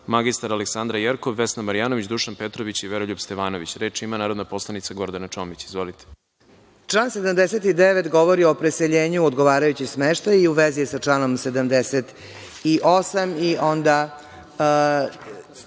mr Aleksandra Jerkov, Vesna Marjanović, Dušan Petrović i Veroljub Stevanović. Reč ima narodna poslanica Gordana Čomić. Izvolite. **Gordana Čomić** Član 79. govori o preseljenju u odgovarajući smeštaj i u vezi je sa članom 78.